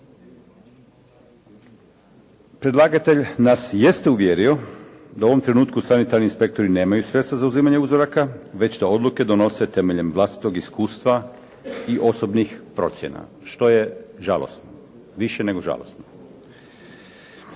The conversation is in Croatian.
Predlagatelj nas jeste uvjerio da u ovom trenutku sanitarni inspektori nemaju sredstva za uzimanje uzoraka već da odluke donose temeljem vlastitog iskustva i osobnih procjena što je žalosno. Više nego žalosno.